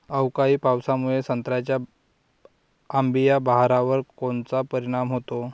अवकाळी पावसामुळे संत्र्याच्या अंबीया बहारावर कोनचा परिणाम होतो?